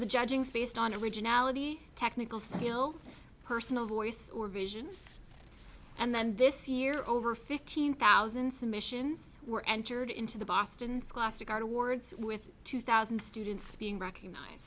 the judging is based on originality technical skill personal voice or vision and then this year over fifteen thousand submissions were entered into the boston scholastic art awards with two thousand students being recognized